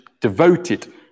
devoted